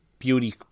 beauty